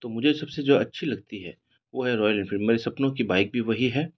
तो मुझे सबसे जो अच्छी लगती है वो है रॉयल एनफ़ील्ड मेरे सपनों की बाइक भी वही है